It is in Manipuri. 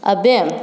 ꯑꯕꯦꯝ